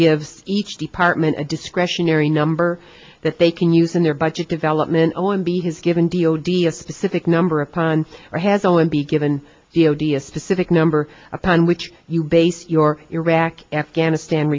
gives each department a discretionary number that they can use in their budget development o m b has given d o d a specific number upon or has only be given the odious specific number upon which you base your iraq afghanistan